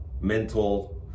mental